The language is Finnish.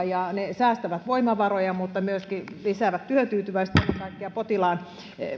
ja ne säästävät voimavaroja mutta myöskin lisäävät työtyytyväisyyttä ennen kaikkea